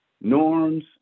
norms